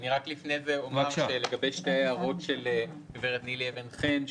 לגבי שתי ההערות של גברת נילי אבן-חן,